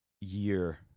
year